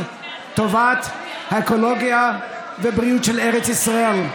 טובת האקולוגיה והבריאות של ארץ ישראל.